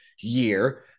year